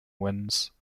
winds